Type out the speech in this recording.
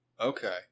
Okay